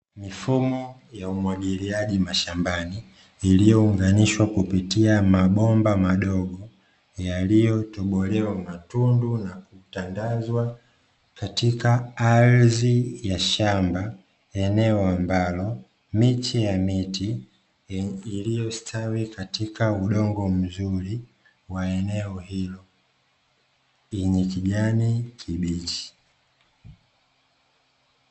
Mifumo ya umwagiliaji mashambani iliyounganishwa kupitia mabomba madogo yaliyotobolewa matundu na kutandazwa katika ardhi ya shamba, eneo ambalo miche ya miti iliyostawi katika udongo mzuri wa eneo hilo lenye kijani kibichi.